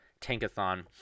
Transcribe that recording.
Tankathon